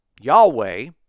Yahweh